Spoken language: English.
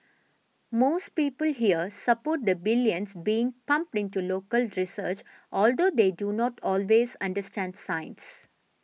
most people here support the billions being pumped into local research although they do not always understand science